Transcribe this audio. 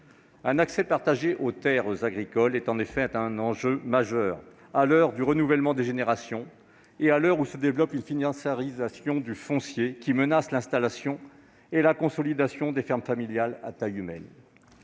Un accès partagé aux terres agricoles est en effet un enjeu majeur à l'heure du renouvellement des générations et du développement d'une financiarisation du foncier qui menace l'installation et la consolidation de fermes familiales, à taille humaine.